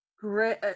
great